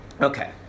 Okay